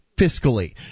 fiscally